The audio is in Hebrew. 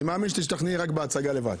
אני מאמין שתשתכנעי רק בהצגה לבד.